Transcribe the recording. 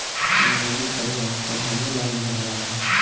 निजी कर्जा पढ़ाईयो ला लिहल जाला